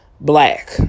black